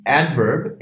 adverb